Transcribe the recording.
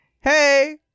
Hey